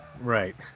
right